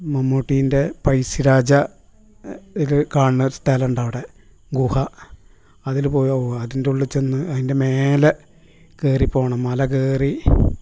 മമ്മൂട്ടിൻ്റെ പഴ്സ്സിരാജ യിൽ കാണുന്നോരു സ്ഥലമുണ്ടവിടെ ഗുഹ അതിൽ പോകാൻ പോകാൻ അതിൻ്റെ ഉള്ളിൽ ചെന്ന് അതിൻ്റെ മേലെ കയറി പോകണം മല കയറി